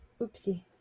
Oopsie